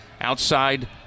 outside